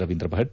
Ravindra Bhat